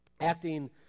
Acting